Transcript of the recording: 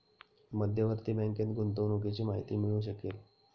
मध्यवर्ती बँकेत गुंतवणुकीची माहिती मिळू शकेल